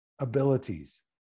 abilities